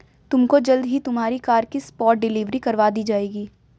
तुमको जल्द ही तुम्हारी कार की स्पॉट डिलीवरी करवा दी जाएगी